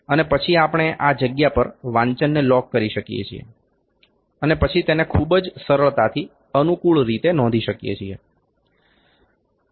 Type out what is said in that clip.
અને પછી આપણે આ જગ્યા પર વાંચનને લોક કરી શકીએ છીએ અને પછી તેને ખૂબ જ સરળતાથી અનુકૂળ રીતે નોંધીએ છીએ